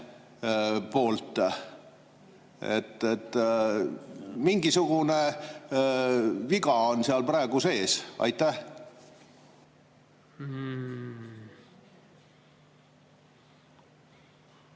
kohta. Mingisugune viga on seal praegu sees. Aitäh!